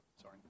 Sorry